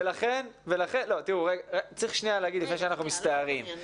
לפני שאנחנו מסתערים,